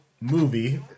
movie